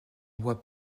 bois